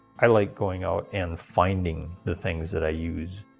i like going out and finding the things that i use.